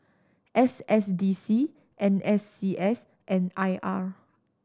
S S D C N S C S and I R